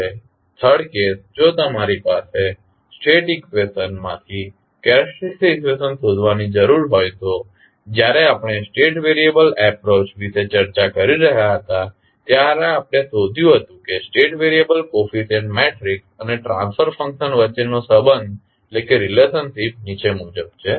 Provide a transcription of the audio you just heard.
હવે third case જો તમારે સ્ટેટ ઇકવેશન માંથી કેરેક્ટેરીસ્ટીક ઇકવેશન શોધવાની જરૂર હોય તો જ્યારે આપણે સ્ટેટ વેરિએબલ એપ્રોચ વિશે ચર્ચા કરી રહ્યા હતા ત્યારે આપણે શોધ્યુ હતુ કે સ્ટેટ વેરિએબલ કોફીસીયન્ટ મેટ્રિકસ અને ટ્રાન્સફર ફંક્શન વચ્ચેનો સંબંધ નીચે મુજબ છે